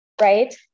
right